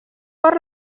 per